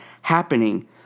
happening